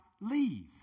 leave